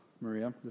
Maria